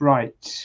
Right